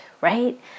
right